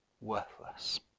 worthless